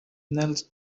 knelt